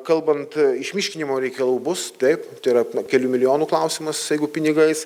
kalbant išmiškinimo reikalų bus taip tai yra kelių milijonų klausimas jeigu pinigais